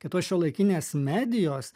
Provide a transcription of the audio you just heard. tai tos šiuolaikinės medijos